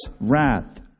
wrath